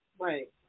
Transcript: Right